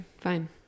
fine